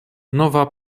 nova